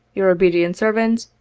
your obedient servant,